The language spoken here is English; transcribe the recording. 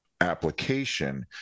application